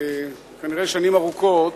כנראה שנים ארוכות,